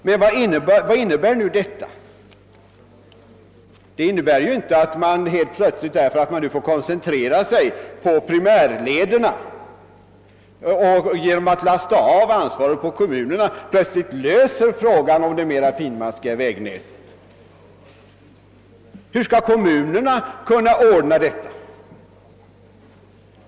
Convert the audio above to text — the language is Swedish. Vad innebär nu detta? Att man får koncentrera sig på primärlederna genom att lasta över ansvaret för den övriga verksamheten på kommunerna löser inte frågan om underhållet av det mera finmaskiga vägnätet. Hur skall kommunerna kunna ordna detta?